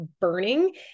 burning